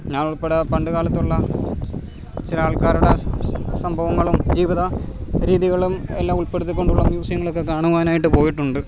ഞാൻ ഉൾപ്പെടെ പണ്ടുകാലത്തുള്ള ചില ആൾക്കാരുടെ സംഭവങ്ങളും ജീവിത രീതികളും എല്ലാം ഉൾപ്പെടുത്തിക്കൊണ്ടുള്ള മ്യൂസിയങ്ങളൊക്കെ കാണുവാനായിട്ട് പോയിട്ടുണ്ട്